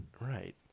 Right